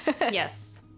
yes